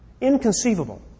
Inconceivable